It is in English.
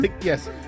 yes